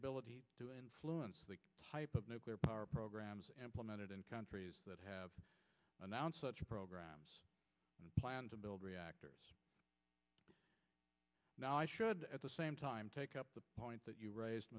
ability to influence nuclear power programs implemented in countries that have announced such programs and planned to build reactors now i should at the same time take up the point that you raised